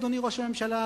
אדוני ראש הממשלה,